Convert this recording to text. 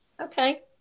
Okay